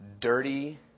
dirty